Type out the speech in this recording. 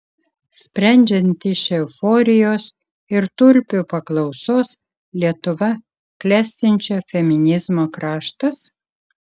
sprendžiant iš euforijos ir tulpių paklausos lietuva klestinčio feminizmo kraštas